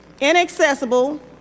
inaccessible